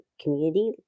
community